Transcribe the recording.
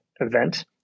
event